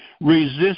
resist